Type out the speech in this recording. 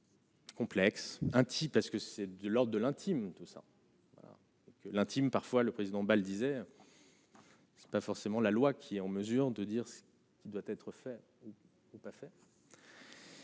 Complexe un parce que c'est de l'or de l'intime, tout ça. Voilà. L'intime parfois le président disert. C'est pas forcément la loi qui est en mesure de dire ce qui doit être fait. Ou on pas faire.